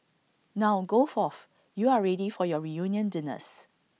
now go forth you are ready for your reunion dinners